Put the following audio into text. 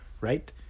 right